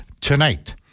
tonight